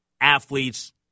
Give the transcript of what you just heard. athletes